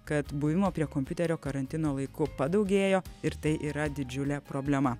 kad buvimo prie kompiuterio karantino laiku padaugėjo ir tai yra didžiulė problema